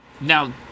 Now